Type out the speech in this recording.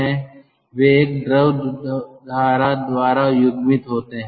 वे एक द्रव धारा द्वारा युग्मित होते हैं